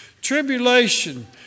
...tribulation